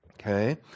Okay